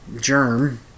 germ